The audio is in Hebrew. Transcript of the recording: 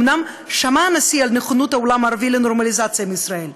אומנם שמע הנשיא על נכונות העולם הערבי לנורמליזציה עם ישראל,